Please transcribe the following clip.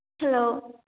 hello